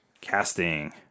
Casting